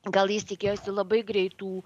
gal jis tikėjosi labai greitų